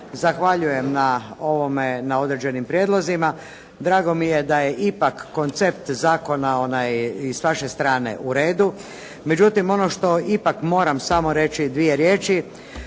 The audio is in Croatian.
na ovome, na određenim prijedlozima. Drago mi je da je ipak koncept zakona onaj i s vaše strane u redu. Međutim, ono što ipak moram samo reći dvije riječi